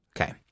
Okay